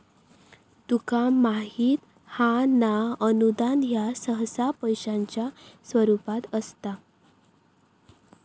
तुका माहित हां ना, अनुदान ह्या सहसा पैशाच्या स्वरूपात असता